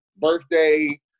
birthday